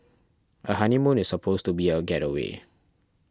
a honeymoon is supposed to be a gateway